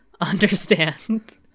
understand